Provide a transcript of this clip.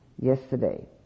yesterday